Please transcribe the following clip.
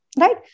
Right